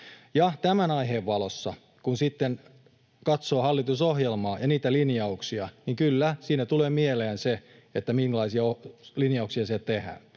tämän aiheen valossa kun sitten katsoo hallitusohjelmaa ja niitä linjauksia, niin kyllä, siinä tulee mieleen se, että minkälaisia linjauksia siellä tehdään.